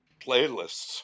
playlists